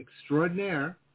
extraordinaire